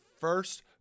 first